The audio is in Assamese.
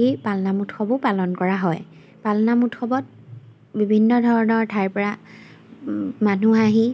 এই পালনাম উৎসৱো পালন কৰা হয় পালনামত উৎসৱত বিভিন্ন ধৰণৰ ঠাইৰপৰা মানুহ আহি